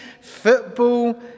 football